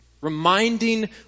reminding